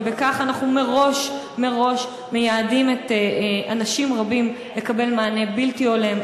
ובכך אנחנו מראש מייעדים אנשים רבים לקבל מענה בלתי הולם,